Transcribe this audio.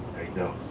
there you go,